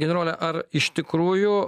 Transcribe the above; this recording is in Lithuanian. generole ar iš tikrųjų